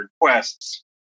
requests